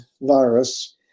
virus